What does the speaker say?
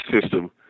system